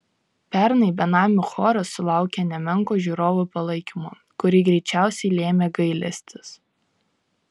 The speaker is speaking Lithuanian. pernai benamių choras sulaukė nemenko žiūrovų palaikymo kurį greičiausiai lėmė gailestis